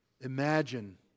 Imagine